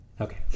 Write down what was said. Okay